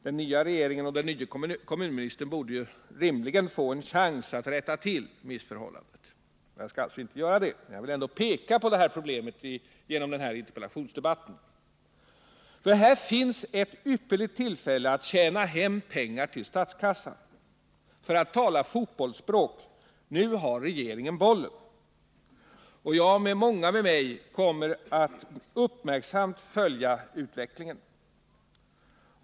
Den nya regeringen och den nye kommunministern borde rimligen få en chans att rätta till missförhållandet. Jag skall alltså inte ställa någon till svars för detta, men jag vill ändå genom min interpellation peka på det här problemet. Det finns ett ypperligt tillfälle att här tjäna in pengar till statskassan. För att tala fotbollsspråk: Nu har regeringen bollen. Jag och många med mig kommer att uppmärksamt följa utvecklingen.